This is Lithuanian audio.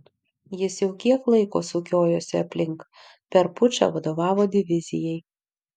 jis jau kiek laiko sukiojosi aplink per pučą vadovavo divizijai